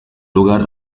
lugar